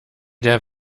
der